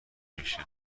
میشه